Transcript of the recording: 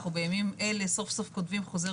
אנחנו בימים אלה סוף סוף כותבים חוזר